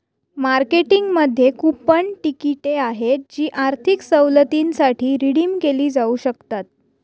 मार्केटिंगमध्ये कूपन तिकिटे आहेत जी आर्थिक सवलतींसाठी रिडीम केली जाऊ शकतात